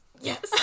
yes